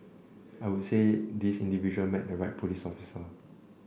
I would say this individual met the right police officer